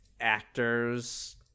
actors